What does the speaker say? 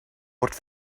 word